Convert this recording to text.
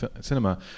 cinema